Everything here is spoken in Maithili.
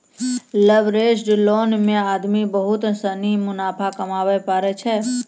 लवरेज्ड लोन मे आदमी बहुत सनी मुनाफा कमाबै पारै छै